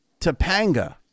Topanga